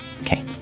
Okay